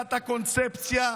מקריסת הקונספציה?